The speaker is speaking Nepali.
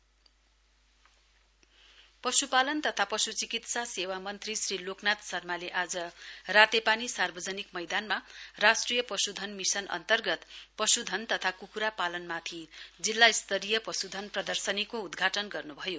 एल एन शर्मा पश्पालन तथा पश्चिकित्सा सेवा मन्त्री श्री लोकनाथ शर्माले आज रातेपानी सार्वजनिक मैदानमा राष्ट्रिय पशुधन मिशन अन्तर्गत पशुधन तथा कुखुरापालनमाथि जिल्ला स्तरीय पशुधन प्रदर्शनीको उद्घाटन गर्नुभयो